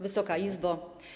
Wysoka Izbo!